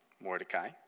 Mordecai